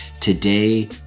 Today